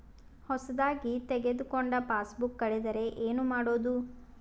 ಹೊಸದಾಗಿ ತೆಗೆದುಕೊಂಡ ಪಾಸ್ಬುಕ್ ಕಳೆದರೆ ಏನು ಮಾಡೋದು?